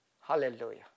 Hallelujah